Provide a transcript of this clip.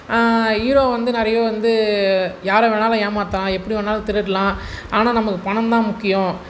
hero வந்து நிறைய வந்து யாரை வேணாலும் ஏமாற்றலாம் எப்படி வேணாலும் திருடலாம் ஆனால் நமக்கு பணம் தான் முக்கியம்